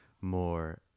more